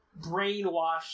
brainwashed